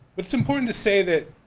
it's important to say that